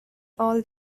all